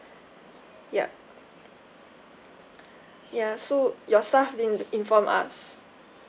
yup ya so your staff didn't inform us